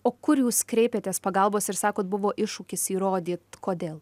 o kur jūs kreipėtės pagalbos ir sakot buvo iššūkis įrodyt kodėl